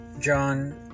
John